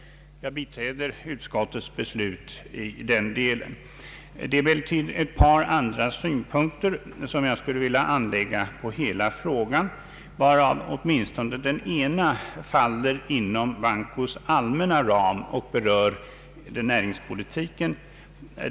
Jag biträder bankoutskottets yrkande i denna del. Jag vill emellertid anlägga ett par andra synpunkter på hela frågan, varav åtminstone den ena faller inom bankoutskottets allmänna ram och berör näringspolitiken.